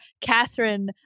Catherine